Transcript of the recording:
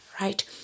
right